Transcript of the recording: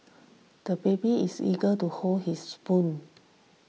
the baby is eager to hold his spoon